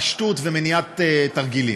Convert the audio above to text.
פשטות ומניעת תרגילים.